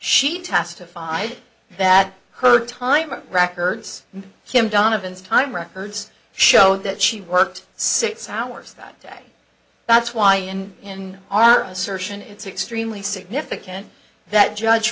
she testified that her time records him donovan's time records show that she worked six hours that day that's why and in our assertion it's extremely significant that judge